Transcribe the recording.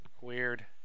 Weird